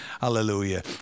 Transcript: Hallelujah